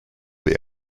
the